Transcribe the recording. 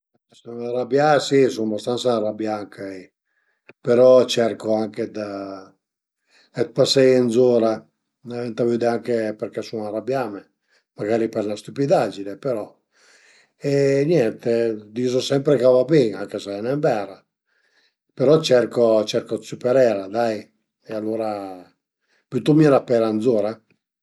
Sun ënrabià, si sun bastansa ënrabià ëncöi però cerco anche dë dë paseie zura, vënta vëdde anche perché sun ënrabiame, magari për 'na stüpidaggine, però e niente dizu sempre ch'a va bin anche s'al e nen vera però cerco cerco d'süperela dai e alura bütumie 'na pera zura